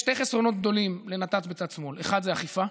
יש שני חסרונות גדולים לנת"צ בצד שמאל: אחד זה אכיפה,